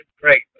great